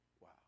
wow